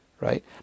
right